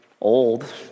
old